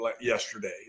yesterday